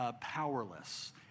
powerless